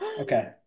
Okay